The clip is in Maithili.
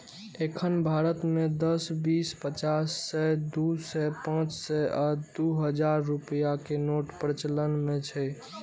एखन भारत मे दस, बीस, पचास, सय, दू सय, पांच सय आ दू हजार रुपैया के नोट प्रचलन मे छै